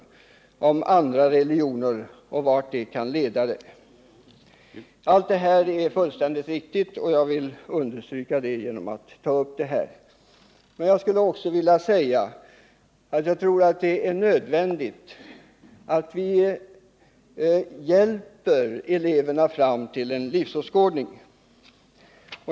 Kunskap om andra religioner är också väsentlig, framhåller utskottet. Allt det här är fullständigt riktigt, och jag vill understryka det genom att ta upp det här. Men jag skulle också vilja säga att jag tror att det är nödvändigt att vi hjälper eleverna fram till en livsåskådning.